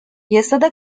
yasada